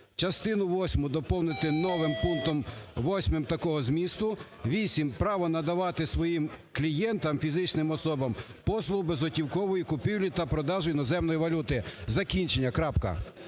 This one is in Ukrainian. восьму доповнити новим пунктом 8 такого змісту: 8: право надавати своїм клієнтам – фізичним особам послугу безготівкової купівлі та продажу іноземної валюти". Закінчення крапка.